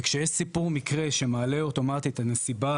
כשיש סיפור מקרה שמעלה אוטומטית את הנסיבה